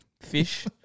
Fish